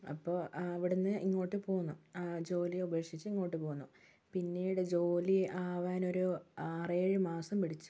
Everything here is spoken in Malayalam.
അപ്പോൾ അവിടുന്ന് ഇങ്ങോട്ട് പോന്നു ആ ജോലി ഉപേക്ഷിച്ച് ഇങ്ങോട്ട് പോന്നു പിന്നീട് ജോലി ആകാൻ ഒരു ആറേഴു മാസം പിടിച്ചു